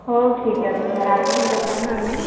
ହଉ ଠିକ୍ ଅଛି ସାର୍ ଆପଣଙ୍କ ଦୋକାନରୁ ଆମେ